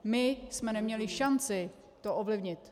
My jsme neměli šanci to ovlivnit.